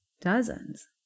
dozens